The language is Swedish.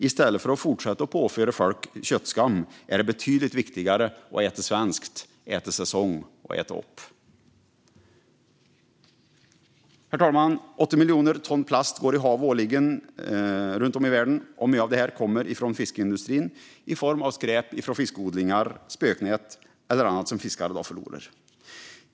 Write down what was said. I stället för att fortsätta att påföra folk köttskam är det betydligt viktigare att säga: Ät svenskt, ät i säsong och ät upp! Herr talman! 8 miljoner ton plast går i havet årligen runt om i världen. Mycket av detta kommer från fiskeindustrin i form av skräp från fiskodlingar och spöknät eller annat som fiskare förlorar.